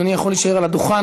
אדוני יכול להישאר על הדוכן.